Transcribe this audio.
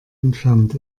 entfernt